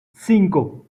cinco